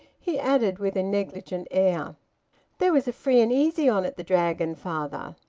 he added with a negligent air there was a free-and-easy on at the dragon, father.